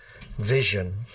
vision